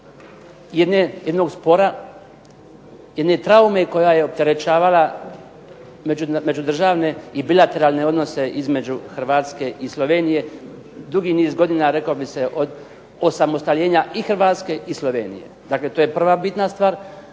jedne traume koja je opterećivala međudržavne i bilateralne odnose između Hrvatske i Slovenije dugi niz godina, reklo bi se od osamostaljenja i Hrvatske i Slovenije. Dakle, to je prva bitna stvar.